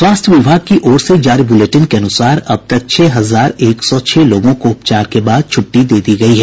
स्वास्थ्य विभाग की ओर से जारी बुलेटिन के अनुसार अब तक छह हजार एक सौ छह लोगों को उपचार के बाद छुट्टी दे दी गयी है